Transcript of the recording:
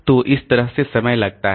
तो इस तरह से समय लगता है